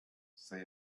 sure